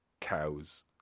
cows